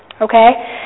Okay